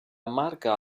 marca